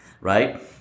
right